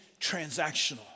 transactional